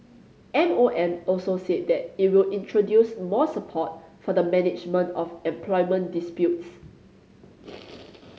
M O M also said that it will introduce more support for the management of employment disputes